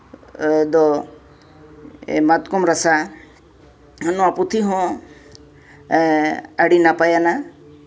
ᱫᱚ ᱢᱟᱛᱠᱚᱢ ᱨᱟᱥᱟ ᱱᱚᱣᱟ ᱯᱩᱛᱷᱤ ᱦᱚᱸ ᱟᱹᱰᱤ ᱱᱟᱯᱟᱭᱟᱱᱟ